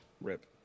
rip